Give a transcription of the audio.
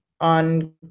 On